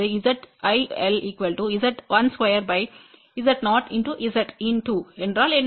Zin2என்றால் என்ன